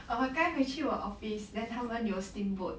err 我刚才回去我的 office then 他们有 steamboat